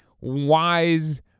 wise